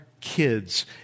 kids